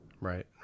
Right